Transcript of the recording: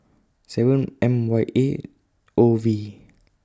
seven M Y A O V